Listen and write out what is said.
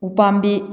ꯎꯄꯥꯝꯕꯤ